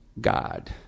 God